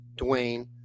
Dwayne